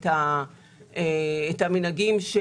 המנהגים,